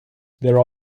there